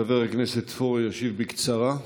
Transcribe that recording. חבר הכנסת פורר ישיב בקצרה.